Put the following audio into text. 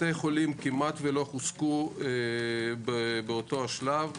בתי חולים כמעט ולא חוזקו באותו השלב.